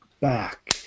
back